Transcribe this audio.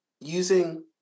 using